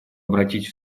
обратить